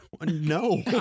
No